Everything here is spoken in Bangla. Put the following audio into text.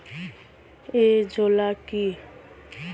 এজোলা কি?